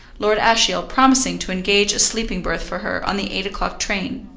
lord ashiel promising to engage a sleeping berth for her on the eight o'clock train.